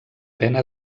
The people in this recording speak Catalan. pena